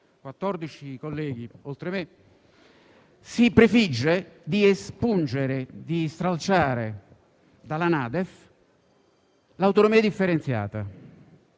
colleghi oltre me, si prefigge di espungere e di stralciare dalla NADEF l'autonomia differenziata.